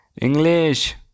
English